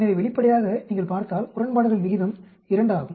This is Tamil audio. எனவே வெளிப்படையாக நீங்கள் பார்த்தால் முரண்பாடுகள் விகிதம் 2 ஆகும்